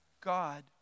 God